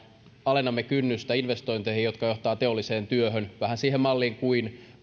alennamme kynnystä investointeihin jotka johtavat teolliseen työhön vähän siihen malliin kuin